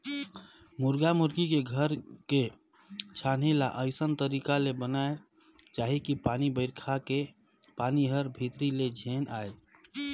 मुरगा मुरगी के घर के छानही ल अइसन तरीका ले बनाना चाही कि पानी बइरखा के पानी हर भीतरी में झेन आये